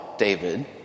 David